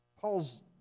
Paul's